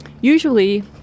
Usually